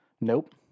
Nope